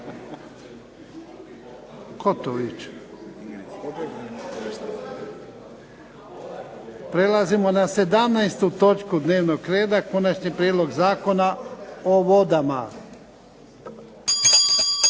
/Pljesak./ Prelazimo na sedamnaestu točku dnevnog reda Konačni prijedlog Zakona o vodama.